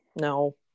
No